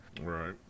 right